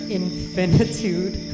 infinitude